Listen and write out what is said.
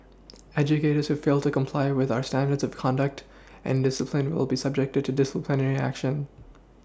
educators who fail to comply with our standards of conduct and discipline will be subjected to disciplinary action